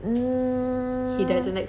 mm